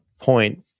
point